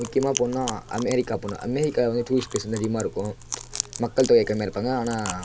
முக்கியமாக போகணுன்னா அமெரிக்கா போகணும் அமெரிக்கா வந்து டூரிஸ்ட் ப்ளேஸ் வந்து அதிகமாக இருக்கும் மக்கள்தொகை கம்மியாக இருப்பாங்க ஆனால்